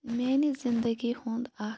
میانہِ زِندگی ہُنٛد اَکھ